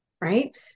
right